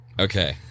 Okay